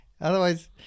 Otherwise